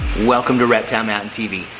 welcome to reptilemountain tv,